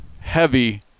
heavy